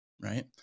right